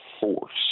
force